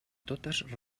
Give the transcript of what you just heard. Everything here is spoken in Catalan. totes